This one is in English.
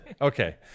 Okay